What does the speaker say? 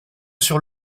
sur